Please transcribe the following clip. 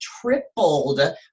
tripled